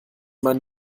mein